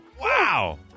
Wow